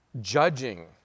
judging